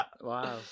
Wow